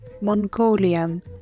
Mongolian